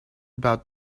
about